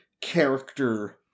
character